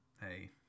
hey